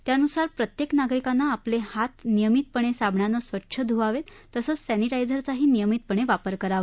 त्यानुसार प्रत्येक नागरिकानं आपले हात नियमितपणे साबणानं स्वच्छ धुवावे तसंच सॅनिटायझरचाही नियमितपणे वापर करावा